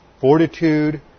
fortitude